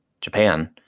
Japan